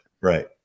right